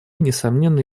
несомненно